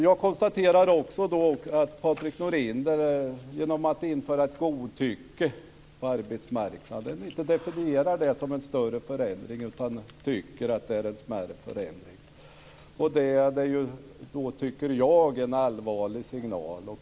Jag konstaterar också att Patrik Norinder när han vill införa ett godtycke på arbetsmarknaden inte definierar det som en större förändring utan tycker att det är en mindre. Det tycker jag är en allvarlig signal.